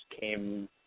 came